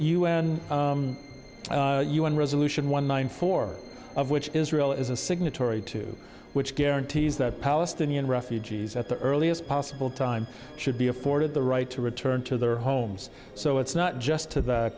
there's u n un resolution one thousand four of which israel is a signatory to which guarantees that palestinian refugees at the earliest possible time should be afforded the right to return to their homes so it's not just to th